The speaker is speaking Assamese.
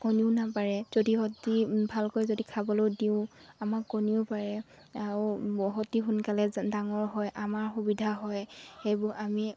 কণীও নাপাৰে যদি সিহঁতি ভালকৈ যদি খাবলৈ দিওঁ আমাক কণীও পাৰে আও অতি সোনকালে ডাঙৰ হয় আমাৰ সুবিধা হয় সেইবোৰ আমি